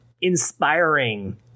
inspiring